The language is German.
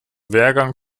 wehrgang